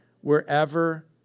wherever